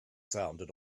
sounded